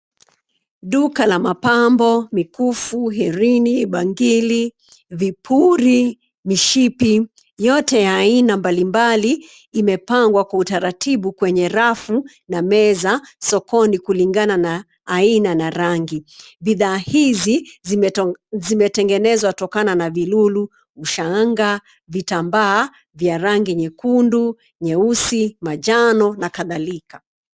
Duka la mapambo, mikufu, herini, bangili, vipuri, mishipi, yote ya aina mbalimbali, imepangwa kwa utaratibu kwenye rafu na meza sokoni kulingana na aina na rangi. Bidhaa hizi zimetengenezwa tokana na vilulu, ushanga, vitambaa vya rangi nyekundu, nyeusi, manjano, na kadhalika.